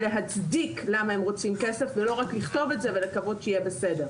ולהצדיק למה הם רוצים כסף ולא רק לכתוב את זה ולקוות שיהיה בסדר.